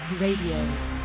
Radio